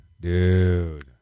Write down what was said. dude